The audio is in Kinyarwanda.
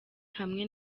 hamwe